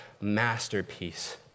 masterpiece